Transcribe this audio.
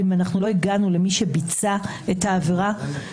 בדרך כלל תיק של מי שהניף דגל של ארגון טרור,